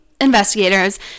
investigators